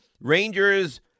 Rangers